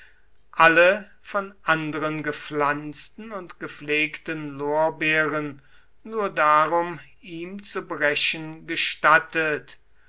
alle von anderen gepflanzten und gepflegten lorbeeren nur darum ihm zu brechen gestattet